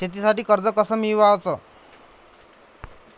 शेतीसाठी कर्ज कस मिळवाच?